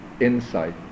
insight